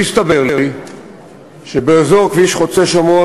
והתברר לי שבאזור כביש חוצה-שומרון,